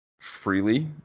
freely